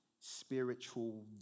spiritual